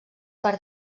per